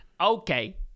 Okay